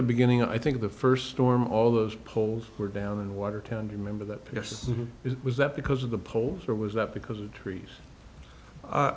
the beginning i think the first storm all those polls were down in watertown remember that it was that because of the polls or was that because of trees